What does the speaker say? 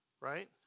right